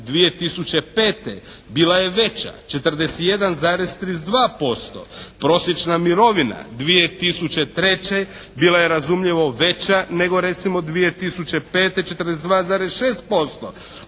2005. bila je veća 41,32%. Prosječna mirovina 2003. bila je razumljivo veća, nego recimo 2005. 42,6%,